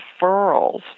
referrals